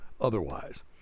otherwise